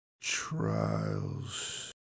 Trials